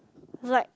like